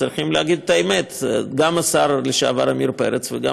צריכים להגיד את האמת: גם השר לשעבר עמיר פרץ וגם